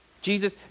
Jesus